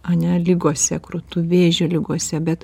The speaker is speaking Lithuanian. ane ligose krūtų vėžio ligose bet